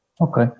Okay